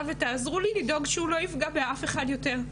ותעזרו לי שהוא לא יפגע באף אחד יותר.